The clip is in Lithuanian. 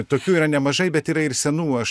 tokių yra nemažai bet yra ir senų aš